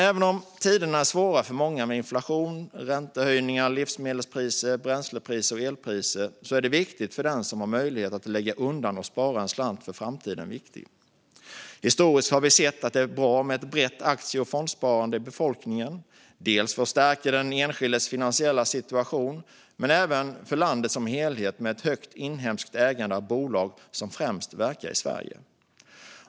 Även om tiderna är svåra för många med inflation, räntehöjningar, livsmedelspriser, bränslepriser och elpriser är det viktigt för den som har möjlighet att lägga undan och spara en slant för framtiden. Historiskt har vi sett att det är bra med ett brett aktie och fondsparande i befolkningen. Det är bra för att stärka den enskildes finansiella situation, och det är även bra för landet som helhet med ett högt inhemskt ägande av bolag som främst verkar i Sverige.